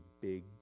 big